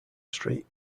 street